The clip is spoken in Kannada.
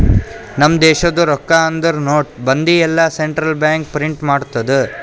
ನಮ್ ದೇಶದು ರೊಕ್ಕಾ ಅಂದುರ್ ನೋಟ್, ಬಂದಿ ಎಲ್ಲಾ ಸೆಂಟ್ರಲ್ ಬ್ಯಾಂಕ್ ಪ್ರಿಂಟ್ ಮಾಡ್ತುದ್